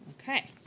Okay